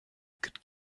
could